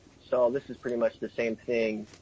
so this is pretty much the same thing.